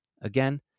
Again